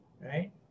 Right